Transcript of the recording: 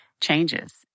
changes